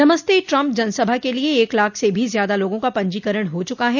नमस्ते ट्रंप जनसभा के लिये एक लाख से भी ज्यादा लोगों का पंजीकरण हो चूका है